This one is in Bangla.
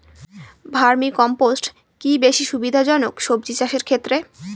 ভার্মি কম্পোষ্ট কি বেশী সুবিধা জনক সবজি চাষের ক্ষেত্রে?